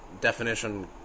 definition